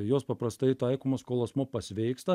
jos paprastai taikomos kol asmuo pasveiksta